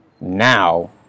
now